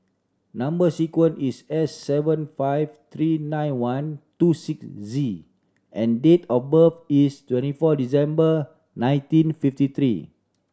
number sequence is S seven five three nine one two six Z and date of birth is twenty four December nineteen fifty three